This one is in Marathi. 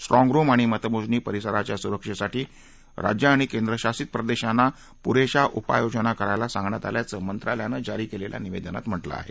स्ट्रॉग रूम्स आणि मतमोजणी परिसराच्या सुरक्षेसाठी राज्ये आणि केंद्रशासित प्रदेशांना पुरेशा उपाययोजना करायला सांगण्यात आल्याचं मंत्रालयानं जारी केलेल्या निवेदनात म्हटलं आहे